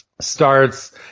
starts